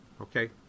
Okay